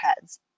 heads